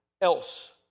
else